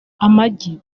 amagi